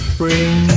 bring